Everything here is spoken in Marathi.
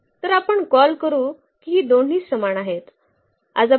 तर आपण कॉल करू की ही दोन्ही समान आहेत